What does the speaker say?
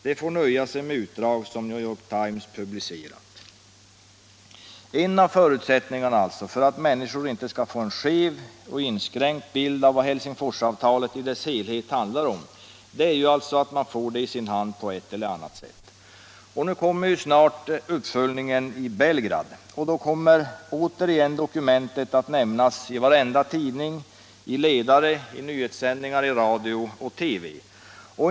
De får nöja sig med ett utdrag som New York Times publicerat, skriver Gerasimov.” En av förutsättningarna för att människor inte skall få en skev och inskränkt bild av vad Helsingforsavtalet i dess helhet handlar om är att man får det i sin hand på ett eller annat sätt. Nu kommer snart uppföljningen i Belgrad, och då kommer återigen 191 Tisdagen den i radio och TV.